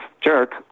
jerk